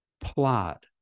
plot